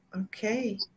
Okay